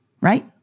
right